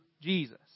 Jesus